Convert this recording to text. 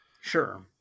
sure